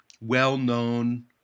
well-known